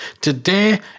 Today